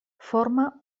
forma